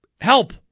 help